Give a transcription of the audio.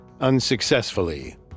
unsuccessfully